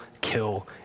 kill